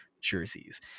jerseys